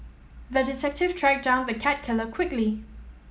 the detective tracked down the cat killer quickly